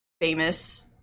famous